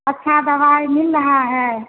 अच्छी दवाई मिल रही है